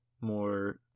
more